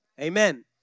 Amen